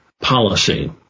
policy